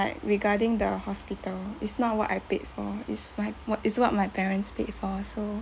like regarding the hospital is not what I paid for is my what is what my parents paid for so